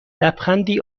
لبخندی